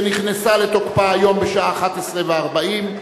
שנכנסה לתוקפה היום בשעה 11:40,